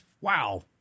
Wow